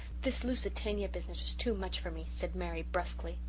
this lusitania business was too much for me, said mary brusquely.